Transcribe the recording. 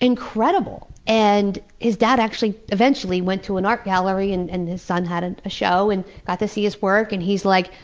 incredible. and his dad actually eventually went to an art gallery and and his son had a show and got to see his work, and he's like,